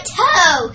toe